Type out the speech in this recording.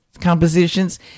compositions